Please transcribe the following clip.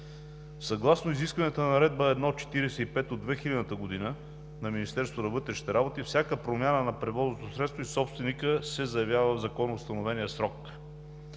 Съгласно изискванията на Наредба № 1-45 от 2000 г. на Министерството на вътрешните работи, всяка промяна на превозното средство и собственика се заявява в законоустановения срок.